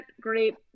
great